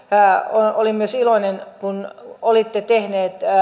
olin myös iloinen kun olitte tehneet